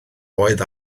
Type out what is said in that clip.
oedd